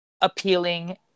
appealing